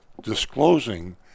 disclosing